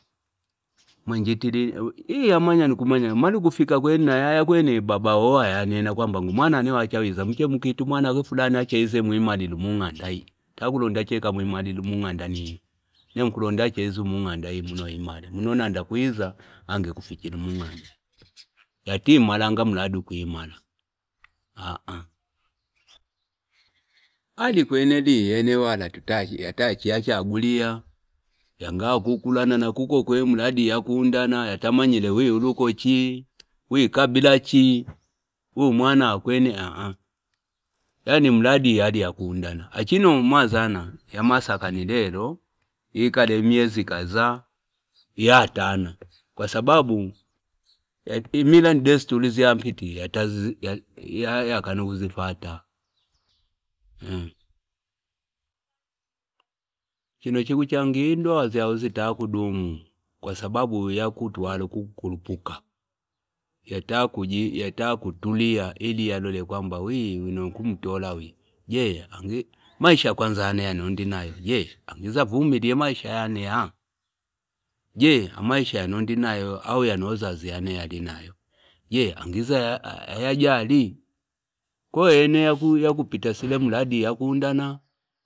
Mwingitiri iyamanyanukumanga maele kufika kwene nayo kwene yababayo wayanena kwamba ngumwanane wacha wize mche mkite mwanakwe fulani achemwimalile mung'anda hii ntikulonda ache aka mwimalile mung'anda iya nemwi nkulonda acheaize mung'anda hii amuno aimale ili nanta kwiza ange kufikiera yakini mung'anda hii yatimalanga ilimradi kwimala ah ah, alikweneli yene wala yatachiyachagalia yangakukulana kukukwene ili mladi iyakundanayatamanyire wiya uluko chi wiya ikabila chi wiyaumwanakweni ah ah yani mladi iyaliyokundana achino umazana umasakana lelo yikale miezi kadhaa iyatana kwa sababu mila ni desturi zya mpiti yakana kuzifata mmm, chino chikuchangia indoa zyaa zitikudumu kwa sababu ya kutwana kukurupuka yatakutlia ili yalole kwa wi una nkumutora je maisha yane indimanga angizavumieyane ya je maisha indinayo au yana azazi yalinayo angiza ayajali ko yene yakupita sile ilimradi iyakundana.